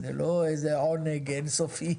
זה לא איזה עונג אין סופי.